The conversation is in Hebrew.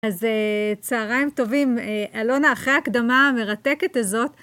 אז צהריים טובים. אלונה, אחרי ההקדמה המרתקת הזאת,